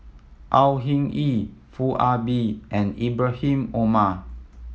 Au Hing Yee Foo Ah Bee and Ibrahim Omar